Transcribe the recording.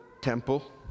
temple